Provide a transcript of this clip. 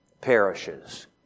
perishes